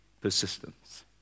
persistence